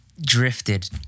drifted